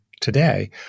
today